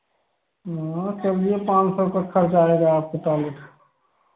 हाँ हाँ तब भी पाँच सौ का खर्च आ जाएगा आपके टॉयलेट